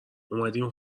اومدیم